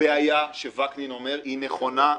ואני רק אומר, הבעיה שוקנין אומר היא נכונה מאוד.